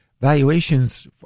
valuations